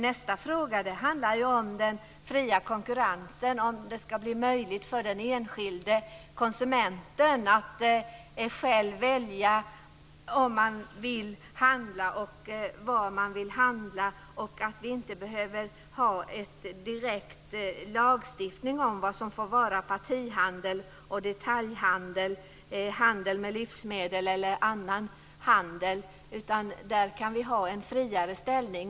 Nästa fråga handlar ju om den fria konkurrensen, om det ska bli möjligt för den enskilde konsumenten att själv välja var han eller hon vill handla. Vi behöver inte ha en direkt lagstiftning om vad som får vara partihandel, detaljhandel, handel med livsmedel eller annan handel. I det avseendet kan vi ha en friare ställning.